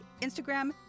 Instagram